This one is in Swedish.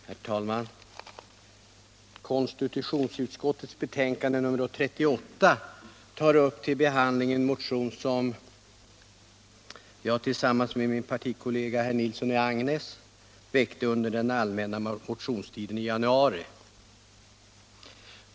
Herr talman! Konstitutionsutskottets betänkande nr 38 tar upp till behandling en motion som jag tillsammans med min partikollega herr Nilsson i Agnäs väckte under den allmänna motionstiden i januari.